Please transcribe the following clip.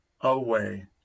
away